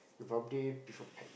you probably prefer pet